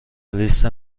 لیست